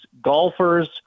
golfers